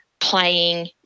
playing